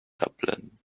dublin